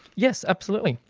yes, absolutely,